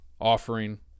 offering